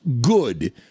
good